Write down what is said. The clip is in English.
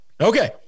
Okay